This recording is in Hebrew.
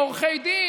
עורכי דין